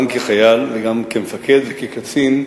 גם כחייל וגם כמפקד וכקצין,